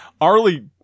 Arlie